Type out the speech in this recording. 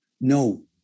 No